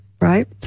Right